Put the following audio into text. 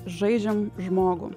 žaidžiam žmogų